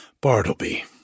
Bartleby